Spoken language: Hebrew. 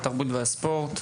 התרבות והספורט,